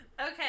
Okay